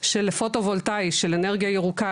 של פוטו-וולטאי של אנרגיה ירוקה,